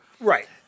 right